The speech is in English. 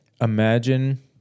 Imagine